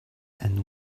and